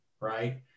Right